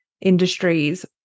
industries